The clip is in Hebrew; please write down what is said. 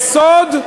היסוד,